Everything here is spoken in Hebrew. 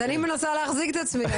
אני מנסה להחזיק את עצמי,